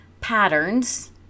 patterns